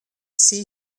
see